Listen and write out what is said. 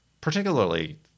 particularly